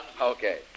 Okay